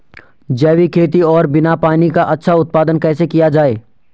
जैविक खेती और बिना पानी का अच्छा उत्पादन कैसे किया जाए?